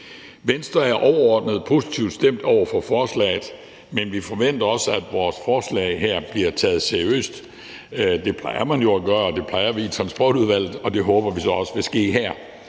Venstre er overordnet positivt stemt over for forslaget, men vi forventer også, at vores forslag her bliver taget seriøst. Det plejer man jo at gøre, det plejer vi i Transportudvalget, og det håber vi så også vil ske her.